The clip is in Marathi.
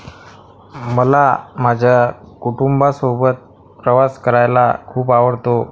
मला माझ्या कुटुंबासोबत प्रवास करायला खूप आवडतो